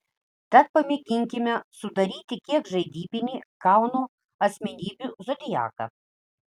tad pamėginkime sudaryti kiek žaidybinį kauno asmenybių zodiaką